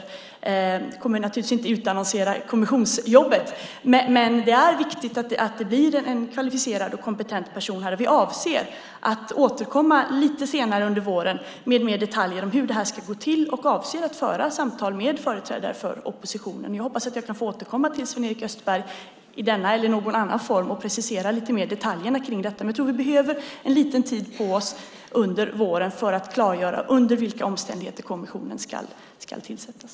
Vi kommer naturligtvis inte att utannonsera kommissionärsjobbet, men det är viktigt att det blir en kvalificerad och kompetent person. Vi avser att återkomma lite senare under våren med mer detaljer om hur det ska gå till och avser att också föra samtal med företrädare för oppositionen. Jag hoppas att jag kan få återkomma till Sven-Erik Österberg i denna eller någon annan form och precisera detaljerna kring detta lite mer. Jag tror dock att vi behöver en liten tid på oss under våren för att klargöra under vilka omständigheter kommissionen ska tillsättas.